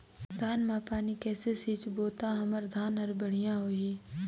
धान मा पानी कइसे सिंचबो ता हमर धन हर बढ़िया होही?